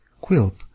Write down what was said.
Quilp